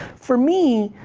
for me,